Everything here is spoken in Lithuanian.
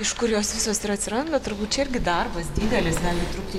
iš kur jos visos ir atsiranda turbūt čia irgi darbas didelis gali trukti